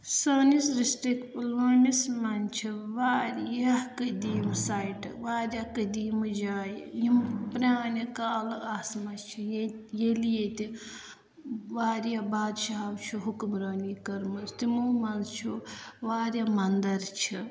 سٲنِس ڈِسٹِرٛک پُلوٲمِس منٛز چھِ واریاہ قٔدیٖمہٕ سایٹ واریاہ قٔدیٖمہٕ جایہِ یِم پرٛانہِ کالہٕ آسمَژ چھِ ییٚلہِ ییٚتہِ واریاہ بادشاہو چھُ حُکمرٲنی کٔرمٕژ تِمو منٛز چھُ واریاہ مَنٛدَر چھِ